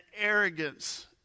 arrogance